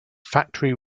factory